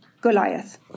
Goliath